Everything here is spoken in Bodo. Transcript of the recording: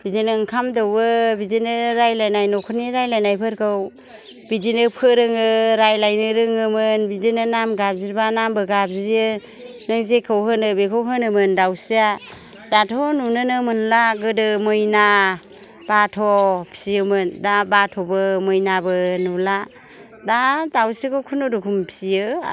बिदिनो ओंखाम दौवो बिदिनो रायलायनाय नख'रनि रायलायनायफोरखौ बिदिनो फोरोङो रायलायनो रोङोमोन बिदिनो नाम गाबज्रिबा नामबो गाबज्रियो नों जेखौ होनो बेखौ होनोमोन दावस्रिया दाथ' नुनोनो मोनला गोदो मैना बाथ' फिसियोमोन दा बाथ'बो मैनाबो नुला दा दावस्रिखौ खुनुरुखुम फिसियो